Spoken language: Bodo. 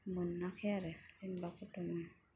मोनाखै आरो जेनेबा प्रथमनो